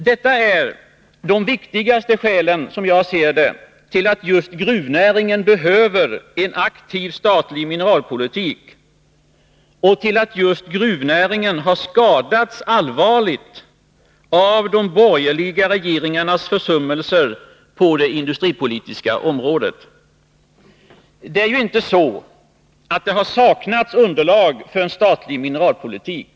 Detta är, som jag ser det, de viktigaste skälen till att just gruvnäringen behöver en aktiv statlig mineralpolitik och till att just gruvnäringen har skadats allvarligt av de borgerliga regeringarnas försummelser på det industripolitiska området. Det har inte saknats underlag för en statlig mineralpolitik.